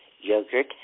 yogurt